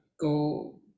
go